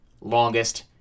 longest